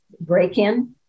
break-in